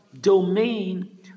domain